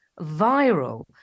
viral